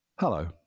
Hello